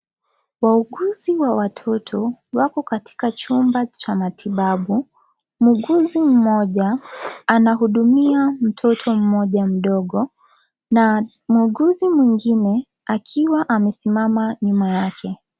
Wauguzi wa watoto wako katika chumba cha matibabu muuguzi mmoja anahudumia mtoto mmoja mdogo na muuguzi mwingine akiwa amesimama nyuma yake.